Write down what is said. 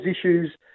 issues